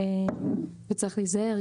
וצריך להיזהר.